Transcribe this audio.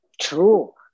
true